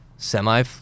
Semi